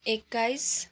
एक्काइस